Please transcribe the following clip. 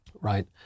right